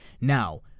Now